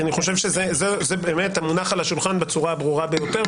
כי זה באמת מונח על השולחן בצורה הברורה ביותר,